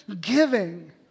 giving